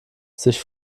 sich